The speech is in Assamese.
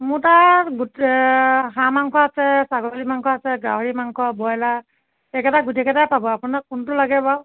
মোৰ তাত গোটা হাঁহ মাংস আছে ছাগলী মাংস আছে গাহৰি মাংস ব্ৰইলাৰ সেইকেইটা গোটেই কেইটাই পাব আপোনাক কোনটো লাগে বাৰু